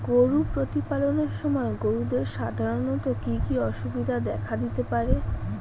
গরু প্রতিপালনের সময় গরুদের সাধারণত কি কি অসুবিধা দেখা দিতে পারে?